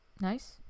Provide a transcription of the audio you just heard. nice